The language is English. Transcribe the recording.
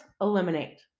eliminate